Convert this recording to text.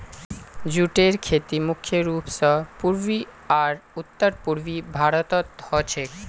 जूटेर खेती मुख्य रूप स पूर्वी आर उत्तर पूर्वी भारतत ह छेक